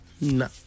no